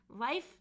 Life